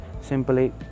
Simply